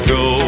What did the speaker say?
go